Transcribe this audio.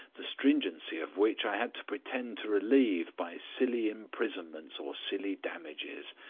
the stringency of which i had to pretend to relieve by silly imprisonments or silly damages,